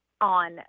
on